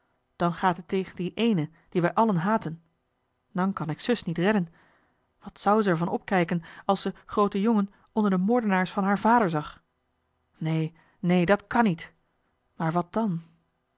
dan gaat het tegen dien éénen dien wij allen haten dan kan ik zus niet redden wat zou ze er van opkijken als ze grootejongen onder de moordenaars van haar vader zag neen neen dat kàn niet maar wat dan